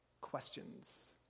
questions